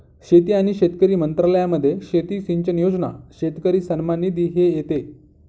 शेती आणि शेतकरी मंत्रालयामध्ये शेती सिंचन योजना, शेतकरी सन्मान निधी हे येते